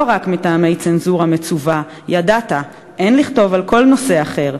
לא רק מטעמי צנזורה מצֻווה.../ ידעת: אין לכתוב על כל נושא אחר.